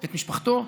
משפחתו,